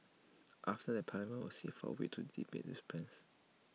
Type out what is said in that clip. after that parliament will sit for A week to debate these plans